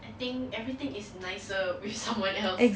I think everything is nicer with someone else